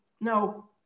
no